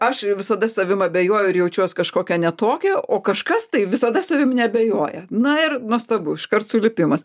aš visada savim abejoju ir jaučiuos kažkokia ne tokia o kažkas tai visada savim neabejoja na ir nuostabu iškart sulipimas